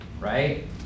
right